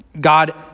God